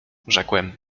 rzekłem